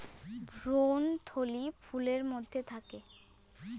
ভ্রূণথলি ফুলের মধ্যে থাকে